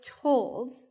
told